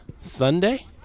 Sunday